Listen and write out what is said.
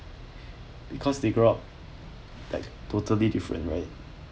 because they grow up like totally different right